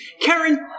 Karen